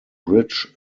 bridge